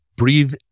Breathe